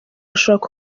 bashobora